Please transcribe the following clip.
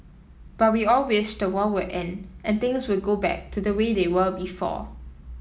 but we all wished the war will end and things will go back to the way they were before